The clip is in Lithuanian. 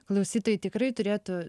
klausytojai tikrai turėtų